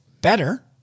better